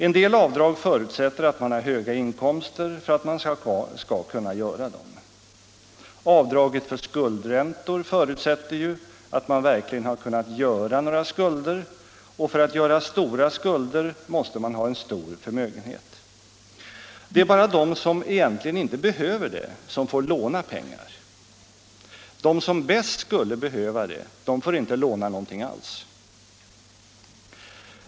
En del avdrag förutsätter att man har höga inkomster för att man skall kunna göra dem. Avdraget för skuldräntor förutsätter att man verkligen har kunnat göra några skulder, och för att göra stora skulder måste man ha en stor förmögenhet. Det är bara de som egentligen inte behöver det som får låna pengar. De som bäst skulle behöva det får inte låna något alls.